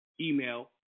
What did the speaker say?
email